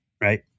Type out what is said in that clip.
Right